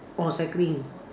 or cycling